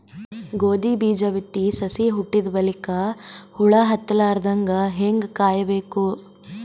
ಗೋಧಿ ಬೀಜ ಬಿತ್ತಿ ಸಸಿ ಹುಟ್ಟಿದ ಬಲಿಕ ಹುಳ ಹತ್ತಲಾರದಂಗ ಹೇಂಗ ಕಾಯಬೇಕು?